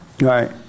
Right